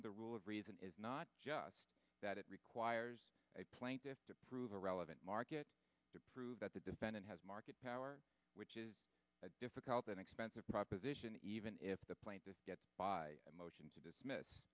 with the rule of reason is not just that it requires a plaintiff to prove a relevant market to prove that the defendant has market power which is a difficult and expensive proposition even if the plaintiffs get by a motion to dismiss